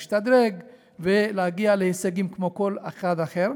להשתדרג ולהגיע להישגים כמו כל אחד אחר,